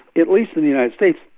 at least in the united states,